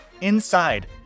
Inside